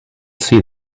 see